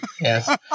yes